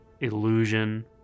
illusion